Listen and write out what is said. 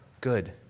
good